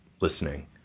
listening